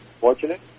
fortunate